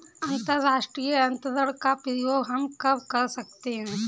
अंतर्राष्ट्रीय अंतरण का प्रयोग हम कब कर सकते हैं?